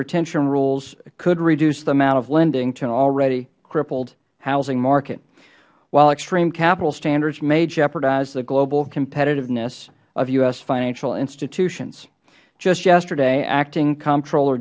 retention rules could reduce the amount of lending to an already crippled housing market while extreme capital standards may jeopardize the global competitiveness of u s financial institutions just yesterday acting comptroller